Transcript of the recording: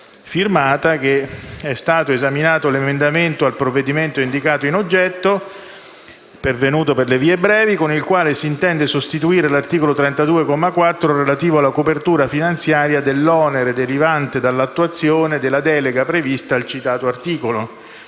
firmata, che: «(...) è stato esaminato l'emendamento al provvedimento indicato in oggetto, pervenuto per le vie brevi, con il quale s'intende sostituire l'articolo 32, comma 4, relativo alla copertura finanziaria dell'onere derivante dall'attuazione della delega prevista al citato articolo.